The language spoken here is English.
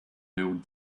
build